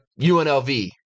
UNLV